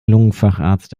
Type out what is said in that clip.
lungenfacharzt